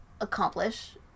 accomplish